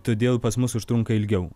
todėl pas mus užtrunka ilgiau